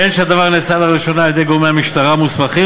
בין שהדבר נעשה לראשונה על-ידי גורמי המשטרה המוסמכים